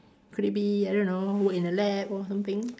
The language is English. could it be I don't know work in a lab or something